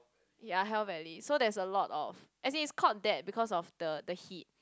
ya hell valley so there is a lot of as if it's called hell because of the the heat